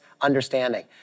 understanding